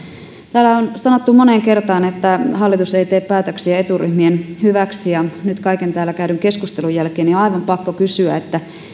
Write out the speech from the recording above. täällä on sanottu moneen kertaan että hallitus ei tee päätöksiä eturyhmien hyväksi ja nyt kaiken täällä käydyn keskustelun jälkeen on aivan pakko kysyä